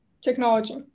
technology